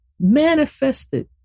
manifested